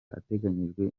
ateganyijwe